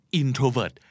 introvert